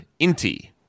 Inti